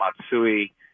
Matsui